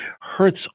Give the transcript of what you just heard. hurts